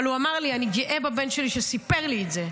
אבל הוא אמר לי: אני גאה בבן שלי שסיפר לי את זה.